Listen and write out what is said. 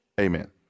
Amen